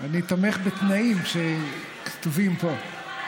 אני תומך בתנאים שכתובים פה.